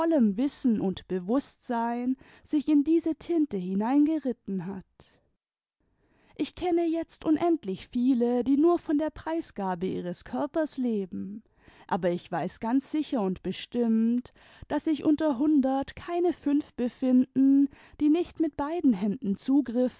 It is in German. wissen und bewußtsein sich in diese tinte hineingeritten hat ich kenne jetzt unendlich viele die nur von der preisgabe ihres körpers leben aber ich weiß ganz sicher und bestimmt daß sich unter hundert keine fünf befinden die nicht mit beiden händen